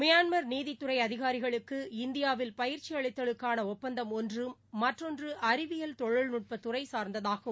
Myanmar நீதித்துறைஅதிகாரிகளுக்கு இந்தியாவில் பயிற்சிஅளித்தலுக்கானஒப்பந்தம் ஒன்றுமற்றொன்றுஅறிவியல் தொழில்நுட்பதுறைசாா்ந்ததாகும்